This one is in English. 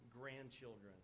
grandchildren